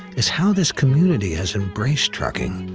is how this community has embraced trucking,